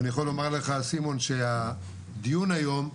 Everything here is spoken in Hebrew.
אני יכול לומר לך סימון שהדיון היום,